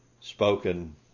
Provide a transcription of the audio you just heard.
spoken